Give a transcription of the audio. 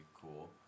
cool